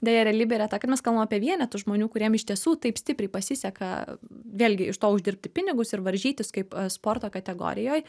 deja realybė yra ta kad mes kalbam apie vienetus žmonių kuriem iš tiesų taip stipriai pasiseka vėlgi iš to uždirbti pinigus ir varžytis kaip sporto kategorijoj